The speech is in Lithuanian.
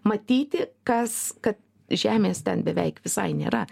matyti kas kad žemės ten beveik visai nėra